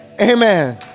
amen